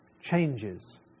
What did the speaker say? changes